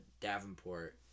Davenport